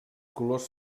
colors